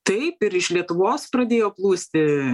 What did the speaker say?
taip ir iš lietuvos pradėjo plūsti